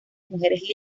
mujeres